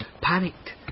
panicked